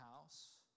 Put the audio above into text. house